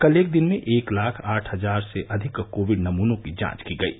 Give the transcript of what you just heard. कल एक दिन में एक लाख आठ हजार से अधिक कोविड नमूनों की जांच की गयी